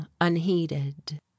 unheeded